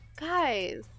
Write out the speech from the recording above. Guys